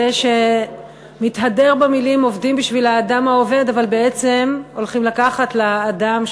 זה שמתהדר במילים "עובדים בשביל האדם העובד" אבל בעצם הולכים לקחת לאדם,